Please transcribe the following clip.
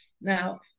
Now